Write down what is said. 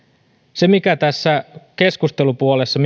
se mikä tässä keskustelupuolessa